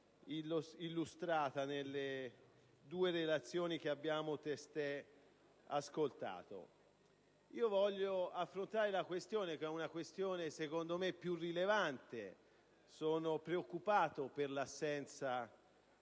illustrate nelle due relazioni che abbiamo testé ascoltato. Voglio affrontare la questione che secondo me è più rilevante. Sono preoccupato per l'assenza